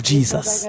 Jesus